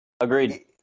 Agreed